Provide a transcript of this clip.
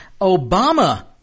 Obama